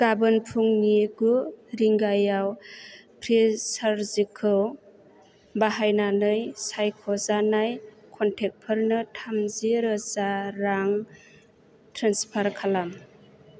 गाबोन फुंनि गु रिंगायाव फ्रिसार्जिखौ बाहायनानै सायख'जानाय कनटेक्टफोरनो थामजि रोजा रां ट्रेन्सफार खालाम